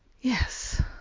yes